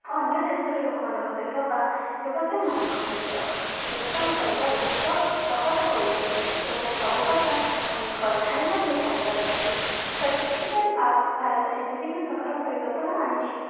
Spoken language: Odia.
ଅନ୍ୟ ଦେଶର ଲୋକମାନଙ୍କ ସହିତ ବା ବ୍ୟବସାୟୀମାନଙ୍କ ସହିତ ଯୋଗାଯୋଗ କରିବା ବହୁତ ସହଜ ହୋଇଯାଇଛି ଏବଂ ସବୁ କଥା ଆମେ ଘରେ ଥାଇ ମଧ୍ୟ ଯାଇପାରୁଛନ୍ତି ତ ଡିଜିଟାଲ ଆପ୍ ଭାରତରେ ବିଭିନ୍ନ ପ୍ରକାର ପରିବର୍ତ୍ତନ ଆଣିଛି